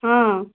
ହଁ